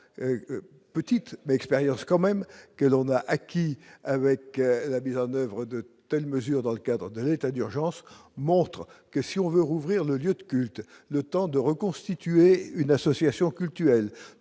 petite mais expérience quand même que l'on a acquis avec la mise en oeuvre de telles mesures dans le cadre de l'état d'urgence, que si on veut rouvrir le lieu de culte, le temps de reconstituer une association cultuelle